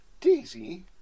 Daisy